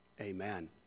amen